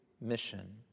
mission